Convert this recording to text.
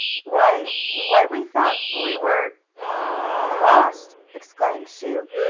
why why, we thought we were lost! exclaimed sue.